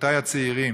רבותי הצעירים,